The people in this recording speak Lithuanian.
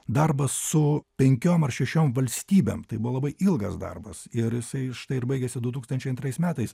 darbas su penkiom ar šešiom valstybėm tai buvo labai ilgas darbas ir jisai štai ir baigėsi du tūkstančiai antrais metais